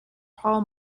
paul